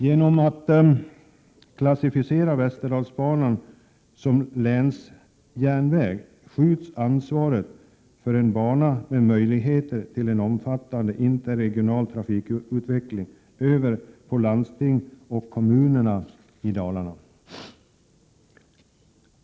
Genom att klassificera Västerdalsbanan som länsjärnväg skjuts ansvaret för en bana med möjligheter till en omfattande interregional trafikutveckling över på landstinget och kommunerna i Dalarna.